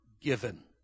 given